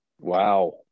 Wow